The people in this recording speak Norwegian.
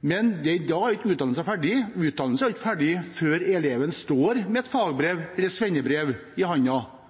Men da er ikke utdannelsen ferdig. Utdannelsen er ikke ferdig før eleven står med et fagbrev eller svennebrev i